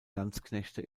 landsknechte